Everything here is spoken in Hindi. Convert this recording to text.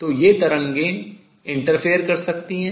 तो ये तरंगें व्यतिकरण कर सकती हैं